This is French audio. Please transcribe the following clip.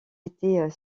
étaient